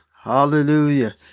hallelujah